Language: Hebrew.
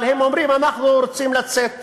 אבל הם אומרים: אנחנו רוצים לצאת.